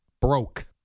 broke